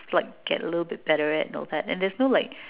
like get a little bit better and all that and there's no like